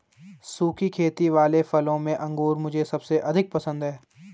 सुखी खेती वाले फलों में अंगूर मुझे सबसे अधिक पसंद है